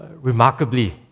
remarkably